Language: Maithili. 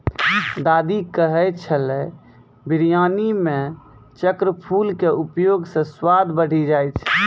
दादी कहै छेलै बिरयानी मॅ चक्रफूल के उपयोग स स्वाद बढ़ी जाय छै